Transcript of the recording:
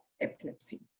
epilepsy